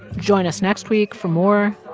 join us next week for more.